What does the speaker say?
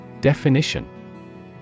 Definition